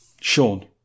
Sean